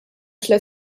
tliet